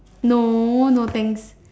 no no thanks